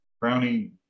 brownie